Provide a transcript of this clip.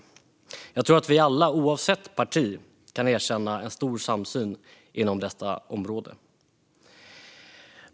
Jag tror att vi alla oavsett parti kan känna en stor samsyn på detta område.